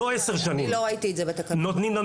מקטינים לנו